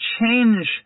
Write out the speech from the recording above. change